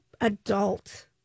adult